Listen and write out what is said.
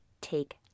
Take